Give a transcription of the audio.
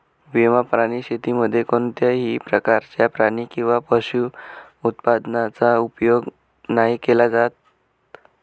विना प्राणी शेतीमध्ये कोणत्याही प्रकारच्या प्राणी किंवा पशु उत्पादनाचा उपयोग नाही केला जात